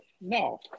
no